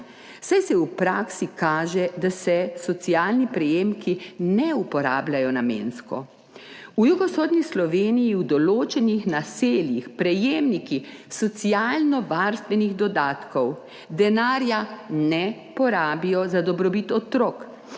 saj se v praksi kaže, da se socialni prejemki ne uporabljajo namensko. V jugovzhodni Sloveniji v določenih naseljih prejemniki socialno varstvenih dodatkov denarja ne porabijo za dobrobit otrok,